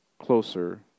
closer